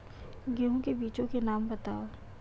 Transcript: गेहूँ के बीजों के नाम बताओ?